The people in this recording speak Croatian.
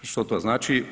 Što to znači?